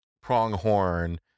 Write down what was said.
pronghorn